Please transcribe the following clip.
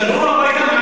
שלחו לו מעקלים,